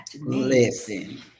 Listen